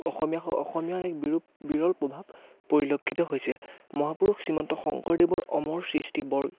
অসমীয়া অসমীয়াৰ এক বিৰূপ বিৰল প্ৰভাৱ পৰিলক্ষিত হৈছে মহাপুৰুষ শ্ৰীমন্ত শংকৰদেৱৰ অমৰ সৃষ্টি বৰ